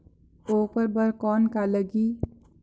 ओकर बर कौन का लगी?